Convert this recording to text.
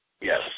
Yes